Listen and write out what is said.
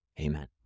amen